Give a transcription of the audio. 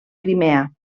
crimea